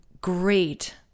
great